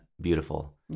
beautiful